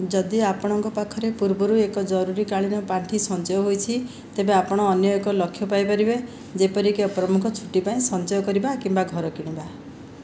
ଯଦି ଆପଣଙ୍କ ପାଖରେ ପୂର୍ବରୁ ଏକ ଜରୁରୀକାଳୀନ ପାଣ୍ଠି ସଞ୍ଚୟ ହୋଇଛି ତେବେ ଆପଣ ଅନ୍ୟ ଏକ ଲକ୍ଷ୍ୟ ପାଇପାରିବେ ଯେପରିକି ଏକ ପ୍ରମୁଖ ଛୁଟି ପାଇଁ ସଞ୍ଚୟ କରିବା କିମ୍ବା ଘର କିଣିବା